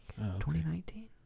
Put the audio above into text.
2019